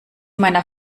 meiner